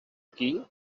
qui